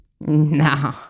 No